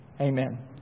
Amen